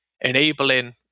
enabling